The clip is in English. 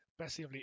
passively